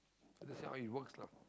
that's how it works lah